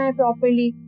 properly